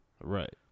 Right